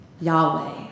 Yahweh